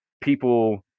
people